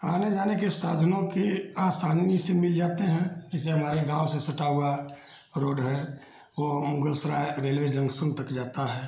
आने जाने के साधनों की आसानी से मिल जाते हैं जैसे हमारे गाँव से सटी हुई रोड है वह मुगलसराय रेलवे जँक्शन तक जाती है